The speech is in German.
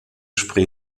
spree